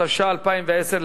התש"ע 2010,